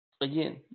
again